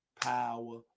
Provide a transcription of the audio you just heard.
power